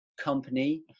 company